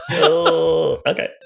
Okay